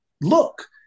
Look